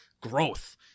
growth